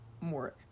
more